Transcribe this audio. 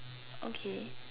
okay